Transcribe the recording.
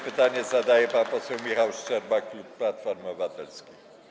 Pytanie zadaje pan poseł Michał Szczerba, klub Platforma Obywatelska.